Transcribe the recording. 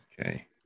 Okay